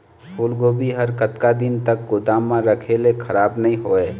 फूलगोभी हर कतका दिन तक गोदाम म रखे ले खराब नई होय?